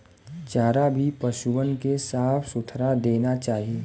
चारा भी पसुअन के साफ सुथरा देना चाही